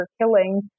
killing